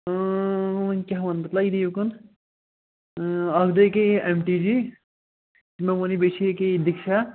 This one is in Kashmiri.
وۅنۍ کیٛاہ وَنہٕ بہٕ تَلا یہِ دِ یہِ کُن اَکھ دو کے یہِ ایم ٹی جی مےٚ ووٚنُے بیٚیہِ چھُ یہِ کیٛاہ یہِ دِکشا